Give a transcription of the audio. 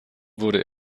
wurde